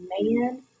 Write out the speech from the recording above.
man